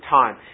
time